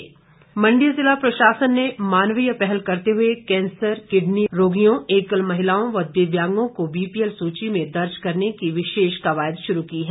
BPL Mandi जिला प्रशासन ने मानवीय पहल करते हुए कैंसर किडनी रोगियों एकल महिलाओं व दिव्यांगों को बीपीएल सूची में दर्ज करने की विशेष कवायद शुरू की है